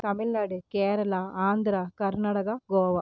Tamil Nadu Kerala Andhra Karnataka Goa